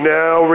now